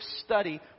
study